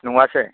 नङासै